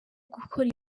gukora